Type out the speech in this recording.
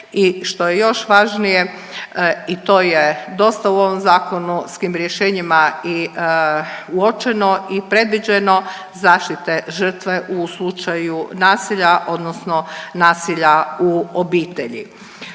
i što je još važnije i to je dosta u ovim zakonskim rješenjima i uočeno i predviđeno zaštite žrtve u slučaju nasilja odnosno nasilja u obitelji.